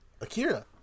Akira